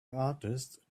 artist